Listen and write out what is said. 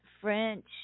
French